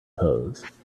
pose